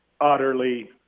utterly